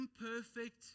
imperfect